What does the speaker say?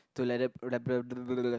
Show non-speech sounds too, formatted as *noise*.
to *noise*